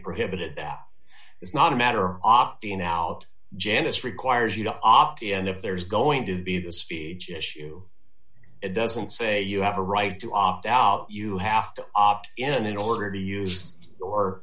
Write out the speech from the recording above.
prohibited that it's not a matter often out janice requires you to opt in and if there's going to be the speech issue it doesn't say you have a right to opt out you have to opt in in order to use or